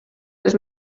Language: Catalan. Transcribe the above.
les